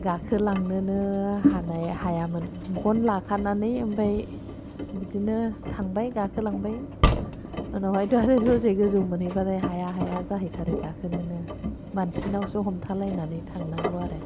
गाखोलांनोनो हायामोन गन लाखानानै ओमफाय बिदिनो थांबाय गाखोलांबाय उनावहायथ'आरो ससे गोजौ मोनहैबाथाय हाया हाया जाहैथारो गाखोनोनो मानसिनावसो हमथालायनानै थांनांगौ आरो